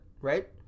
right